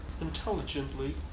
intelligently